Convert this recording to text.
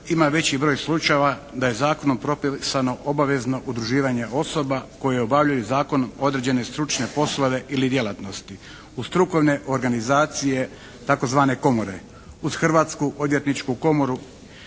ima veći broj slučajeva da je zakonom propisano obavezno udruživanje osoba koje obavljaju zakonom određen stručne poslove ili djelatnosti, uz strukovne organizacije, tzv. komore, uz Hrvatsku odvjetničku komoru